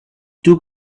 too